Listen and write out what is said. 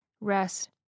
rest